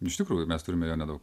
iš tikrųjų mes turime jo nedaug